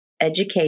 education